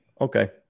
Okay